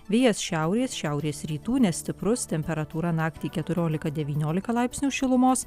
vėjas šiaurės šiaurės rytų nestiprus temperatūra naktį keturiolika devyniolika laipsnių šilumos